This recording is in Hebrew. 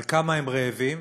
על כמה הם רעבים,